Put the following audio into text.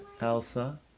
Elsa